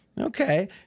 Okay